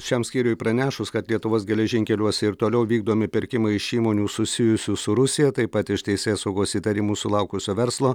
šiam skyriui pranešus kad lietuvos geležinkeliuose ir toliau vykdomi pirkimai iš įmonių susijusių su rusija taip pat iš teisėsaugos įtarimų sulaukusio verslo